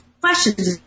questions